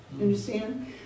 Understand